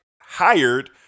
hired